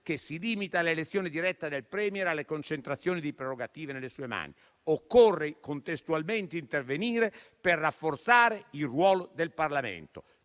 che si limiti all'elezione diretta del *Premier* e alle concentrazioni di prerogative nelle sue mani; occorre contestualmente intervenire per rafforzare il ruolo del Parlamento.